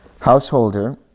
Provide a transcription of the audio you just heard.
Householder